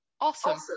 Awesome